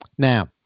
Now